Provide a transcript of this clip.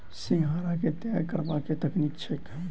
सिंघाड़ा केँ तैयार करबाक की तकनीक छैक?